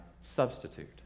substitute